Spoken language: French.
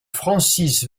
francis